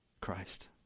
Christ